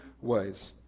ways